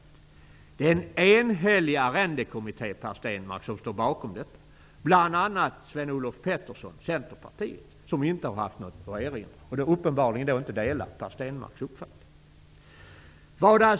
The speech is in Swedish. En enhällig arrendekommitté, Per Stenmarck, står bakom detta. Där ingick bl.a. centerpartisten Sven Man delar uppenbarligen inte Per Stenmarcks uppfattning.